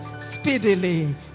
Speedily